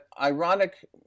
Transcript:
ironic